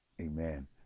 Amen